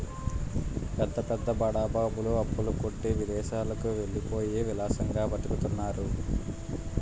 పెద్ద పెద్ద బడా బాబులు అప్పుల కొట్టి విదేశాలకు వెళ్ళిపోయి విలాసంగా బతుకుతున్నారు